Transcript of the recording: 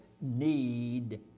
need